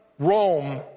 rome